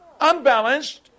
unbalanced